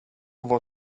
vad